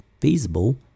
feasible